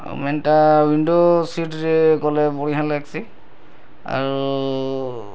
ଆଉ ମେନ୍ଟା ଉଇଣ୍ଡୋ ସିଟ୍ରେ ଗଲେ ବଢ଼ିଆ ଲାଗ୍ସି ଆଉ